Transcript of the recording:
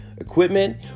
equipment